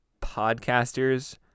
podcasters